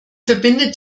verbindet